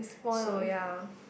so ya